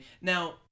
Now